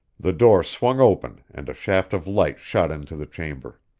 the door swung open and a shaft of light shot into the chamber.